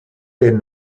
den